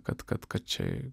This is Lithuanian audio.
kad kad kad čia